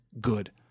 good